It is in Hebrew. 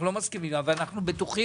אני מבין